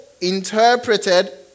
interpreted